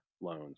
loans